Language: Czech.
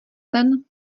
sen